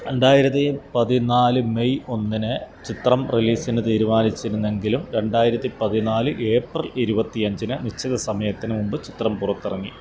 രണ്ടായിരത്തി പതിനാല് മെയ് ഒന്നിന് ചിത്രം റിലീസിന് തീരുമാനിച്ചിരുന്നുവെങ്കിലും രണ്ടായിരത്തി പതിനാല് ഏപ്രിൽ ഇരുപത്തിയഞ്ചിന് നിശ്ചിത സമയത്തിന് മുമ്പ് ചിത്രം പുറത്തിറങ്ങി